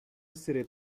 essere